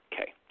Okay